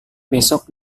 besok